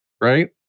right